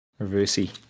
reversey